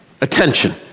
attention